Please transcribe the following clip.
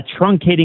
truncating